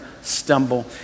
stumble